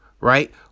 right